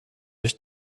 ich